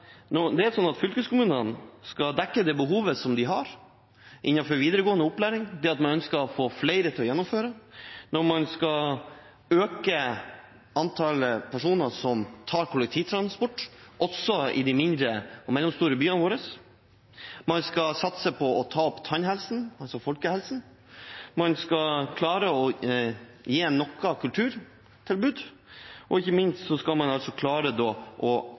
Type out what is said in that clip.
Fylkeskommunene skal dekke behovet de har innenfor videregående opplæring, der man ønsker å få flere til å gjennomføre. Man skal øke antallet personer som tar kollektivtransport, også i de mindre og mellomstore byene våre, man skal satse på tannhelsen, altså folkehelsen, man skal klare å gi noen kulturtilbud, og ikke minst skal man klare å bruke enorme summer på fornyelse og vedlikehold av fylkesveier. Jeg har gitt skryt til statsråden tidligere for å